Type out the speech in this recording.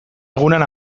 egunean